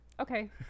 okay